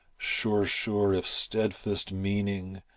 sure, sure, if stedfast meaning,